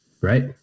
Right